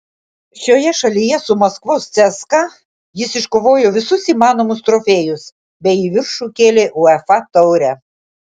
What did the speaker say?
šioje šalyje su maskvos cska jis iškovojo visus įmanomus trofėjus bei į viršų kėlė uefa taurę